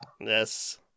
Yes